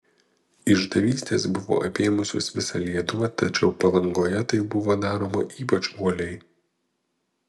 išdavystės buvo apėmusios visą lietuvą tačiau palangoje tai buvo daroma ypač uoliai